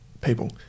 people